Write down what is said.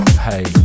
Hey